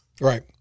Right